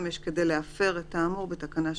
יש כדי להפר את האמור בתקנה 3א(2).